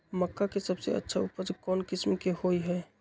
मक्का के सबसे अच्छा उपज कौन किस्म के होअ ह?